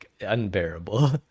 unbearable